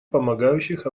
помогающих